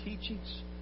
teachings